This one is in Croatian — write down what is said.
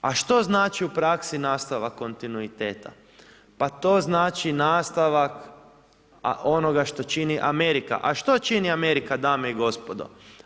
A što znači u praksi nastavak konitnuiteta, pa to znači, nastavak, onoga što čini Amerika, a što čini Amerika dame i gospodo?